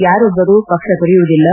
ಯಾರೊಬ್ಬರು ಪಕ್ಷ ತೊರೆಯುವುದಿಲ್ಲ